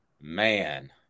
Man